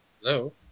Hello